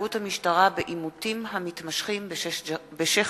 התנהגות המשטרה בעימותים המתמשכים בשיח'-ג'ראח,